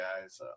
guys